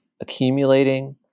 accumulating